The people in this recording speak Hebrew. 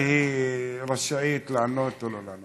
שהיא רשאית לענות או לא לענות.